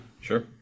Sure